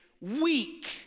weak